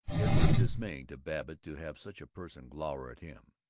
it was dismaying to babbitt to have such a person glower at him.